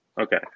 Okay